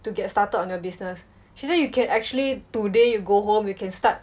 to get started on your business she said you can actually today you go home you can start